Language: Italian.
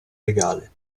legale